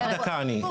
רק דקה אני.